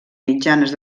mitjanes